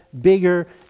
bigger